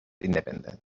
independent